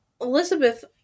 Elizabeth